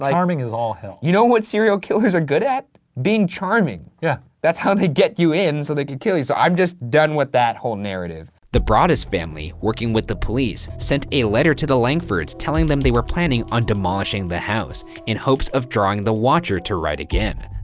like charming as all hell. you know what serial killers are good at? being charming. yeah that's how they get you in so they could kill you. so i'm just done with that whole narrative. the broaddus family, working with the police, sent a letter to the langfords, telling them they were planning on demolishing the house in hopes of drawing the watcher to write again.